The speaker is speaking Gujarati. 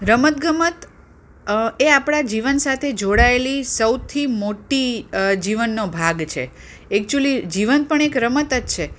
રમત ગમત એ આપણાં જીવન સાથે જોડાયેલી સૌથી મોટી જીવનનો ભાગ છે એક્ચુલી જીવન પણ એક રમત જ છે